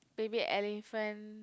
Baby Elephant